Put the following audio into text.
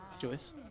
Joyce